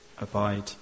abide